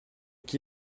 qui